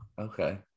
Okay